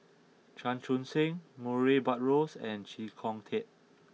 Chan Chun Sing Murray Buttrose and Chee Kong Tet